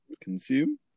consume